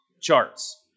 charts